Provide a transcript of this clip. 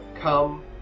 come